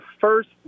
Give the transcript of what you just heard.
first